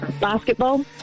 Basketball